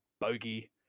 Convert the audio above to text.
bogey